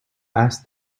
asked